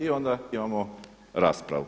I onda imamo raspravu.